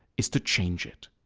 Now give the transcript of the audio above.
is to change it.